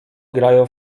grają